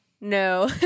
No